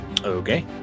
Okay